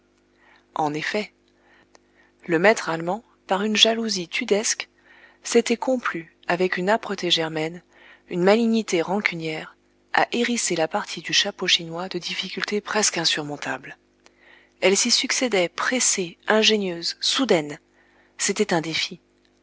en effet le maître allemand par une jalousie tudesque s'était complu avec une âpreté germaine une malignité rancunière à hérisser la partie du chapeau chinois de difficultés presque insurmontables elles s'y succédaient pressées ingénieuses soudaines c'était un défi